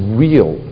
real